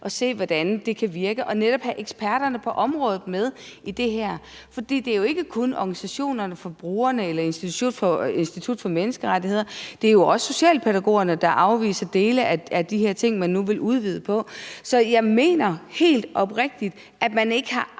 og se, hvordan det kan virke, og netop have eksperterne på området med i det her. For det er jo ikke kun brugerorganisationerne eller Institut for Menneskerettigheder, det er jo også socialpædagogerne, der afviser dele af de her ting, man nu vil udvide. Så jeg mener helt oprigtigt, at man ikke har arbejdet